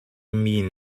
mean